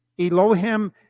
Elohim